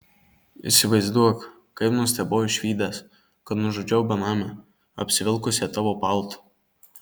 įsivaizduok kaip nustebau išvydęs kad nužudžiau benamę apsivilkusią tavo paltu